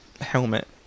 helmet